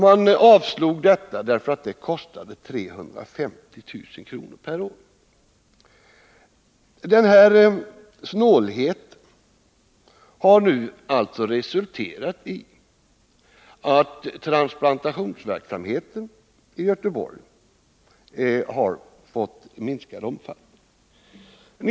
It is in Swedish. Man avslog detta därför att det kostade 350 000 kr. per år. Denna snålhet har nu alltså resulterat i att transplantationsverksamheten i Göteborg har fått minskad omfattning.